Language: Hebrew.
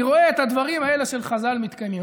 אני רואה את הדברים האלה של חז"ל מתקיימים.